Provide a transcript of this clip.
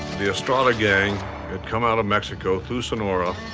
the estrada gang had come out of mexico, through sonora,